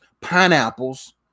pineapples